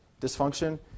dysfunction